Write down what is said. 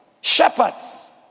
shepherds